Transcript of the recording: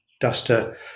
duster